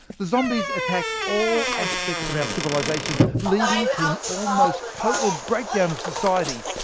the zombies attack all aspects of our civilisation, leading to an almost total breakdown of society,